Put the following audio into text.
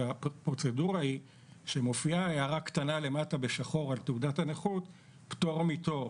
והפרוצדורה היא שמופיעה הערה קטנה למטה בשחור על תעודת הנכות פטור מתור.